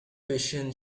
patient